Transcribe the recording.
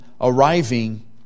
arriving